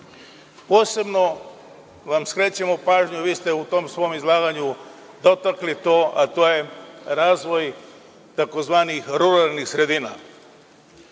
vam skrećemo pažnju, vi ste u svom izlaganju dotakli to, a to je razvoj tzv. ruralnih sredina.